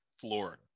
Florida